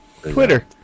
Twitter